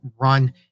run